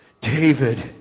David